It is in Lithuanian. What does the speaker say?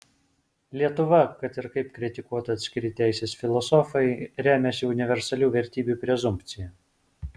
lietuva kad ir kaip kritikuotų atskiri teisės filosofai remiasi universalių vertybių prezumpcija